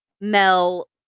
Mel